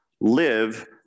live